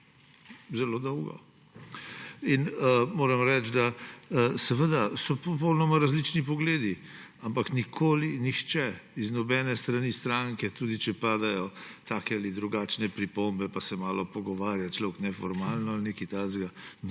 Zelo dolgo. Moram reči, seveda so popolnoma različni pogledi, ampak nikoli nihče z nobene strani stranke, tudi če padajo take ali drugačne pripombe pa se malo pogovarja človek neformalno ali nekaj takega,